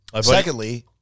Secondly